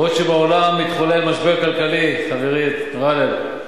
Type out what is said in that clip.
בעוד שבעולם מתחולל משבר כלכלי, חברי גאלב,